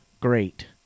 great